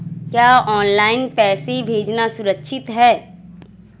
क्या ऑनलाइन पैसे भेजना सुरक्षित है?